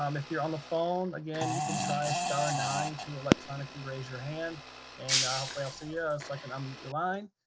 um if you're on the phone, again, you can try star nine to electronically raise your hand and i'll see you yeah so i can unmute your line.